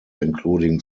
including